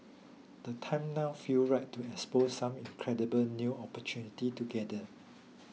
the time now feel right to explore some incredible new opportunities together